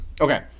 Okay